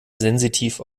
sensitiv